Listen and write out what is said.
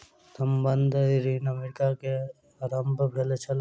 संबंद्ध ऋण अमेरिका में आरम्भ भेल छल